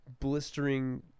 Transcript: blistering